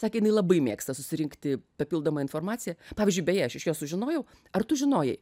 sakė jinai labai mėgsta susirinkti papildomą informaciją pavyzdžiui beje aš iš jos sužinojau ar tu žinojai